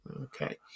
Okay